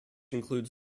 includes